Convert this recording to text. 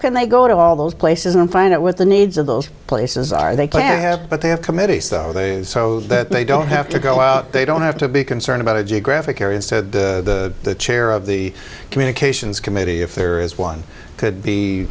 can they go to all those places and find out what the needs of those places are they can have but they have committees so that they don't have to go out they don't have to be concerned about a geographic area said the chair of the communications committee if there is one could be